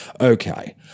Okay